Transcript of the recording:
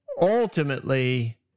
ultimately